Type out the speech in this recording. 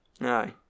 Aye